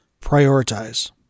prioritize